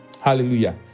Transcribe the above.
Hallelujah